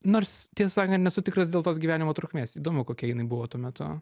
nors tiesą sakant nesu tikras dėl tos gyvenimo trukmės įdomu kokia jinai buvo tuo metu